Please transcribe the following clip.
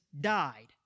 died